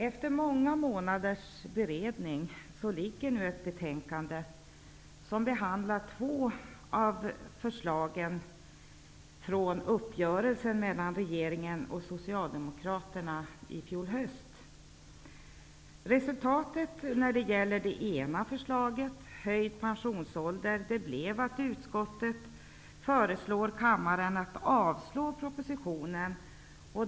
Efter många månaders beredning föreligger nu ett betänkande som behandlar två av förslagen från uppgörelsen mellan regeringen och Socialdemokraterna i höstas. Resultatet när det gäller det ena förslaget, höjd pensionsålder, blev att utskottet föreslår kammaren att avslå propositionen.